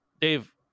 Dave